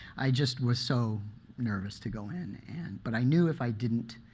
i just was so nervous to go in. and but i knew if i didn't,